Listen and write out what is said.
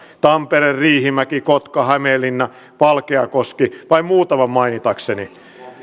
tampere riihimäki kotka hämeenlinna valkeakoski vain muutaman mainitakseni